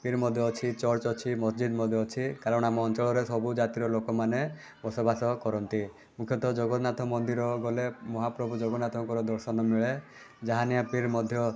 ପିର ମଧ୍ୟ ଅଛି ଚର୍ଚ୍ଚ ଅଛି ମସଜିଦ୍ ମଧ୍ୟ ଅଛି କାରଣ ଆମ ଅଞ୍ଚଳରେ ସବୁ ଜାତିର ଲୋକମାନେ ବସବାସ କରନ୍ତି ମୁଖ୍ୟତଃ ଜଗନ୍ନାଥ ମନ୍ଦିର ଗଲେ ମହାପ୍ରଭୁ ଜଗନ୍ନାଥଙ୍କର ଦର୍ଶନ ମିଳେ ଯାହାନିଆ ପିର ମଧ୍ୟ